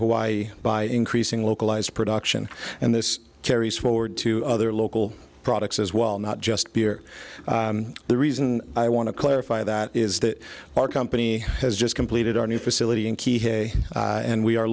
hawaii by increasing localized production and this carries forward to other local products as well not just beer the reason i want to clarify that is that our company has just completed our new facility in key hay and we are